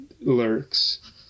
lurks